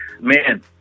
Man